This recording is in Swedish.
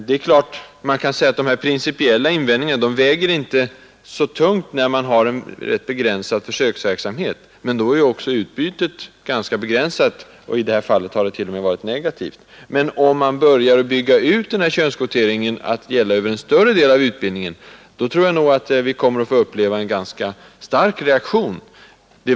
Det är klart att man kan säga att de principiella invändningarna inte väger så tungt när det gäller en rätt begränsad försöksverksamhet, men då är ju också utbytet också ganska begränsat, och i det här fallet har det t.o.m. varit negativt. Om man emellertid börjar bygga ut könskvote ringen att gälla över en större del av utbildningen, tror jag nog att vi kommer att få uppleva en ganska stark reaktion.